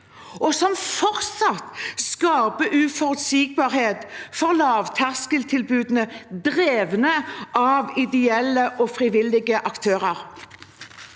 skaper fortsatt uforutsigbarhet for lavterskeltilbudene drevet av ideelle og frivillige aktører.